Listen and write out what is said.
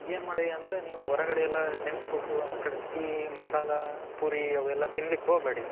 ಏನು ಮಾಡಿ ಅಂದರೆ ನೀವು ಹೊರಗಡೆ ಎಲ್ಲ ಜಂಕ್ಸ್ ಫುಡ್ಡು ಅಮ್ಯಾಕಡೆ ಟೀ ಮಸಾಲೆ ಪುರಿ ಅವೆಲ್ಲ ತಿನ್ಲಿಕ್ಕೆ ಹೋಬೇಡಿ